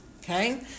okay